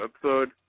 episode